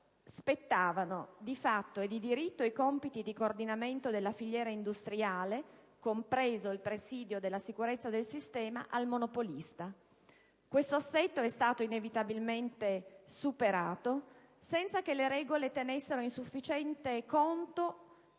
spettavano, di fatto e di diritto, i compiti di coordinamento della filiera industriale, compreso il presidio della sicurezza del sistema, al monopolista. Questo assetto è stato inevitabilmente superato, senza che le regole tenessero in sufficiente conto